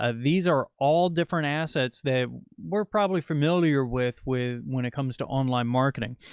ah these are all different assets that we're probably familiar with with when it comes to online marketing.